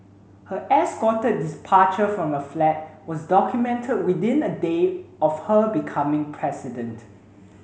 her escorted departure from her flat was documented within a day of her becoming president